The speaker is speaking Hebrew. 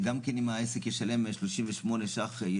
גם כן אם העסק ישלם 38 שקלים,